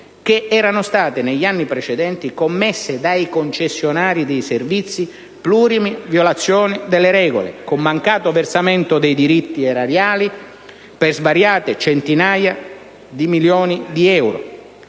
che nel corso degli anni precedenti erano state commesse dai concessionari dei servizi plurime violazioni delle regole, con mancato versamento dei diritti erariali per svariate centinaia di milioni di euro.